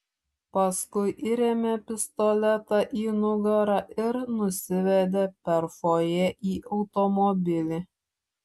paskui įrėmė pistoletą į nugarą ir nusivedė per fojė į automobilį